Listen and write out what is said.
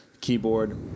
keyboard